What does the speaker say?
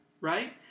Right